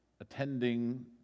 attending